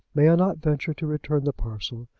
may i not venture to return the parcel?